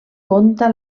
conta